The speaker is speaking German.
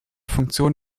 funktion